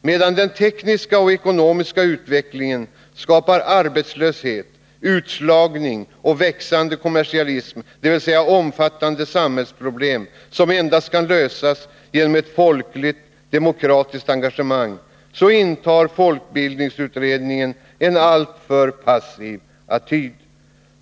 Medan den tekniska och ekonomiska utvecklingen skapar arbetslöshet, utslagning och växande kommersialism, dvs. omfattande samhällsproblem som endast kan lösas genom ett folkligt demokratiskt engagemang, intar folkbildningsutredningen en alltför passiv attityd.